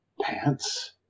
Pants